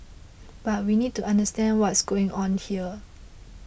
but we need to understand what's going on here